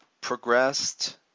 progressed